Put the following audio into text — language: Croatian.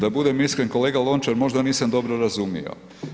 Da budem iskren, kolega Lončar možda nisam dobro razumio.